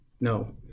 No